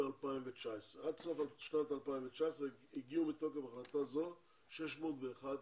2019. עד סוף שנת 2019 הגיעו מתוקף החלטה זו 601 מועמדים.